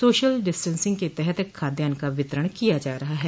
social distancing के तहत खाद्यान्न का वितरण किया जा रहा है